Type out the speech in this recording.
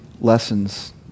lessons